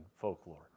folklore